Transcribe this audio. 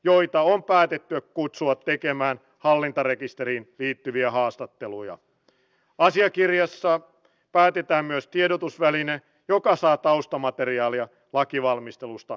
se on veronmaksajien se on suomen yhteiskunnan ja myös turvapaikanhakijan etu